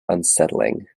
unsettling